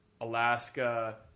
Alaska